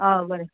आं बरें